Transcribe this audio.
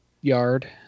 yard